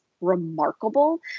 remarkable